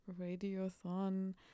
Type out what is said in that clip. Radiothon